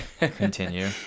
continue